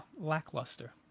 lackluster